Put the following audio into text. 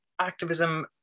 activism